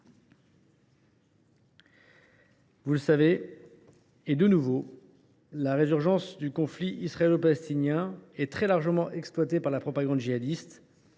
Vous le savez, la résurgence du conflit israélo palestinien est très largement exploitée par la propagande djihadiste